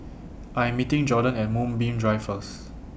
I Am meeting Jordon At Moonbeam Drive First